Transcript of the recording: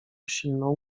silną